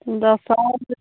ᱫᱚᱥᱟᱨ ᱦᱤᱞᱟᱹᱜ